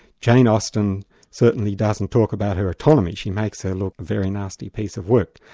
jane austen certainly doesn't talk about her autonomy she makes her look a very nasty piece of work.